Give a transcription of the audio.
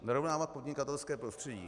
Narovnávat podnikatelské prostředí.